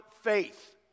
faith